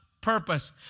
purpose